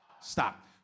Stop